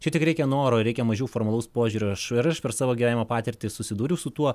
čia tik reikia noro reikia mažiau formalaus požiūrio aš ir aš per savo gyvenimo patirtį susidūriau su tuo